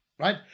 right